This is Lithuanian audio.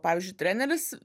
pavyzdžiui treneris